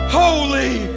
holy